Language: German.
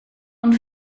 und